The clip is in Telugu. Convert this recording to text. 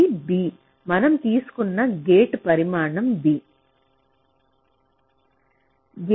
ఇది B మనం తీసుకున్న గేట్ పరిమాణం B